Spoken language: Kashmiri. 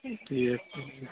ٹھیٖک ٹھیٖک